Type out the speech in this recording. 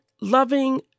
loving